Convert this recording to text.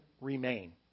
remain